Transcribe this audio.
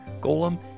Golem